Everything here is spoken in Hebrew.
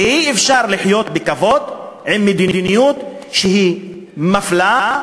ואי-אפשר לחיות בכבוד כשיש מדיניות שהיא מפלה,